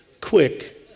quick